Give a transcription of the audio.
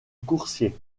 coursier